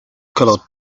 colored